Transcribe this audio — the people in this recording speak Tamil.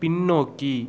பின்னோக்கி